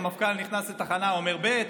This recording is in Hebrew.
המפכ"ל נכנס לתחנה ואומר ב'.